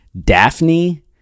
Daphne